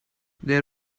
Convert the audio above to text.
they